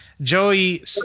Joey